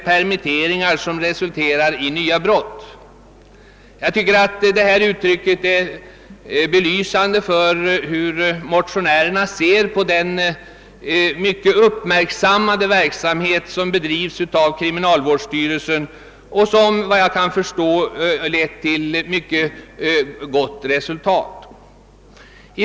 permitteringar, som resulterar i nya brott.» Det skrivsättet tycker jag är belysande för hur motionärerna ser på den mycket uppmärksammade verksamhet som bedrives av kriminalvårdsstyrelsen och som efter vad jag kan förstå har lett till mycket goda resultat.